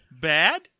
bad